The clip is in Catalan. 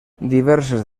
diverses